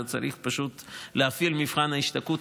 אלא צריך פשוט להפעיל את מבחן ההשתקעות